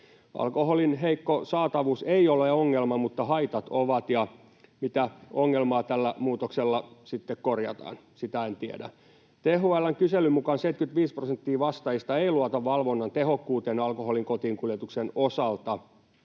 Alkoholin heikko saatavuus ei ole ongelma mutta haitat ovat. Ja mitä ongelmaa tällä muutoksella sitten korjataan, sitä en tiedä. THL:n kyselyn mukaan 75 prosenttia vastaajista ei luota valvonnan tehokkuuteen alkoholin kotiinkuljetuksen osalta.